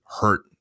hurt